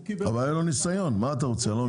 הוא קיבל רישיון שמאות --- אבל אין לו ניסיון.